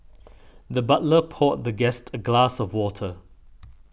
the butler poured the guest a glass of water